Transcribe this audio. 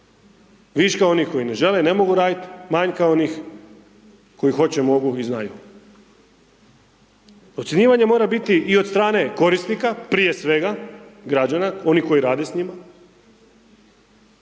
viška onih koji ne žele ne mogu radit, manjka koji hoće, mogu i znaju. Ocjenjivanje mora biti i od strane korisnika, prije svega građana oni koji rade s njima,